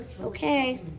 Okay